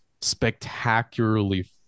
spectacularly